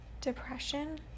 Depression